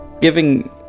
Giving